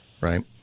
right